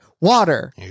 water